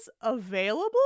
available